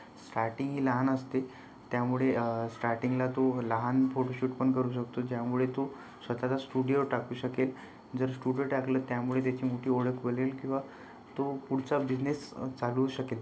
starting लहान असते त्यामुळे स्टार्टिंगला तो लहान फोटोशूट पण करू शकतो ज्यामुळे तो स्वतःचा स्टुडिओ टाकू शकेल जर स्टुडिओ टाकला त्यामुळे त्याची मोठी ओळख बलेल किंवा तो पुढचा बिझनेस अ चालवू शकेल